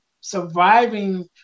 surviving